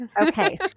Okay